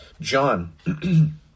John